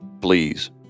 Please